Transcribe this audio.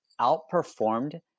outperformed